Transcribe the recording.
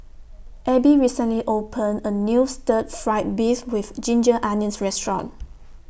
Abbey recently opened A New Stir Fried Beef with Ginger Onions Restaurant